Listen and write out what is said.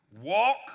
walk